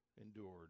endured